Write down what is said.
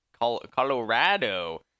Colorado